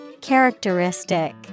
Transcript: Characteristic